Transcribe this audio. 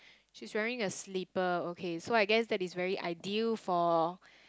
she's wearing a slipper okay so I guess that is very ideal for